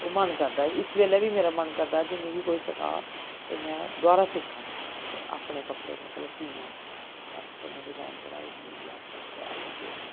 ते मन करदा इस बेल्लै बी मेरा मन करदा कि मिगी कोई सखाऽ ते में दोआरा सिक्खां ते अपने कपड़े मतलब सियां बन्न सबन्ने डिजाइन बनाई बनूइयै में शैल जेह्के